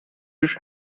ich